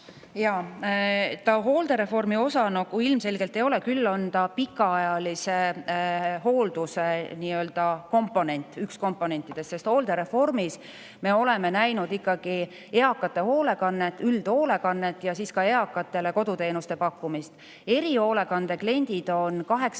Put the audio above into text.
Jaa. Hooldereformi osa see ilmselgelt ei ole, küll aga on ta pikaajalise hoolduse nii-öelda komponent, üks komponentidest. Hooldereformi [osana] me oleme [käsitanud] ikkagi eakate hoolekannet, üldhoolekannet, ja ka eakatele koduteenuste pakkumist. Erihoolekande kliendid on 18+